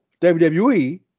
WWE